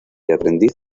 aprendiz